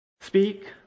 Speak